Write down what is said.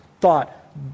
thought